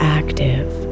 active